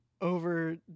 over